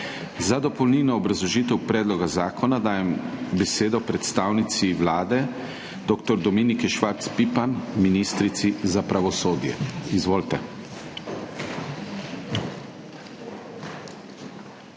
Za dopolnilno obrazložitev predloga zakona dajem besedo predstavnici Vlade dr. Dominiki Švarc Pipan, ministrici za pravosodje. Izvolite.